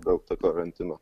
dėl karantino